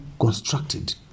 constructed